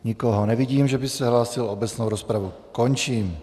Nikoho nevidím, že by se hlásil, obecnou rozpravu končím.